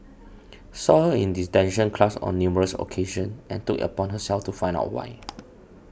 saw her in detention class on numerous occasions and took it upon herself to find out why